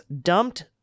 dumped